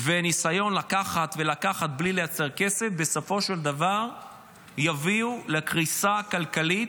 וניסיון לקחת ולקחת בלי לייצר כסף בסופו של דבר יביאו לקריסה כלכלית,